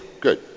Good